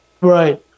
Right